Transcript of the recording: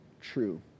true